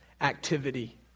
activity